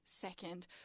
second